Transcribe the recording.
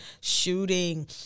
shooting